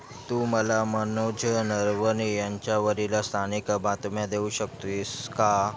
तू मला मनोज नरवणे यांच्यावरील स्थानिक बातम्या देऊ शकतेस का